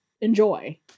enjoy